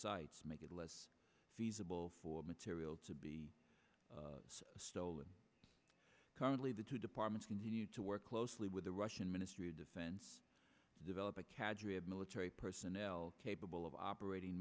sites make it less feasible for material to be stolen currently the two departments continue to work closely with the russian ministry of defense to develop a cadre of military personnel capable of operating